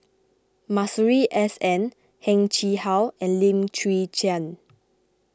Masuri S N Heng Chee How and Lim Chwee Chian